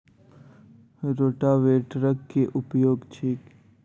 रोटावेटरक केँ उपयोग छैक?